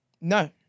No